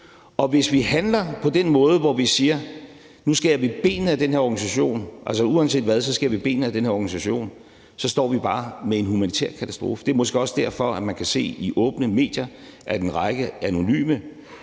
nu. Hvis vi handler på den måde, hvor vi siger, at nu skærer vi benene af den her organisation, altså at vi uanset hvad skærer benene af den her organisation, så står vi bare med en humanitær katastrofe. Det er måske også derfor, at man kan se i åbne medier, at en række anonyme